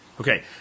Okay